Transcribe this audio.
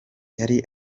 yari